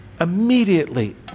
immediately